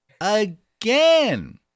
Again